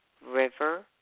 River